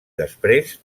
després